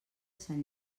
sant